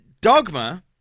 Dogma